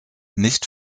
nicht